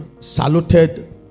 saluted